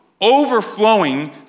overflowing